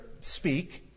speak